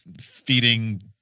feeding